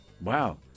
wow